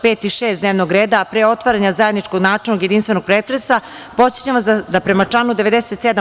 5) i 6) dnevnog reda, a pre otvaranja zajedničkog načelnog i jedinstvenog pretresa, podsećam vas da prema članu 97.